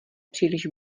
příliš